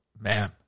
ma'am